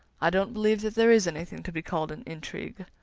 i don't believe that there is anything to be called an intrigue.